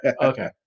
okay